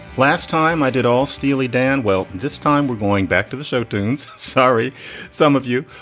last time i did all steely dan. well, this time we're going back to the showtunes. sorry some of you,